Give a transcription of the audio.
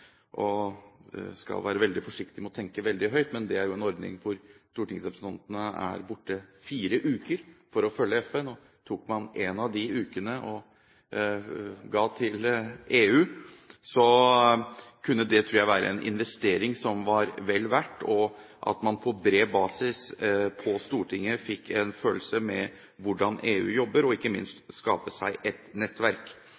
skal jeg være veldig forsiktig med å tenke veldig høyt, men det er en ordning hvor stortingsrepresentantene er borte i fire uker for å følge FN. Tok man en av de ukene og ga til EU, tror jeg det kunne være en investering som var vel verdt, slik at man på bred basis på Stortinget kunne få en følelse med hvordan EU jobber, ikke